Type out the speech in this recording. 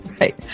Right